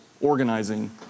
organizing